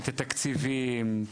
את התקציבים,